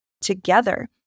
together